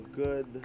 good